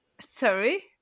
Sorry